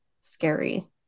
scary